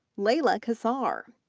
laila kassar,